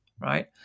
right